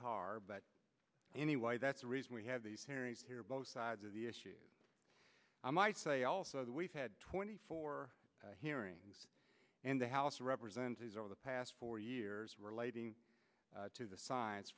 car but anyway that's the reason we have these hearings here both sides of the issue i might say also that we've had twenty four hearings in the house of representatives over the past four years relating to the science